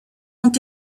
ont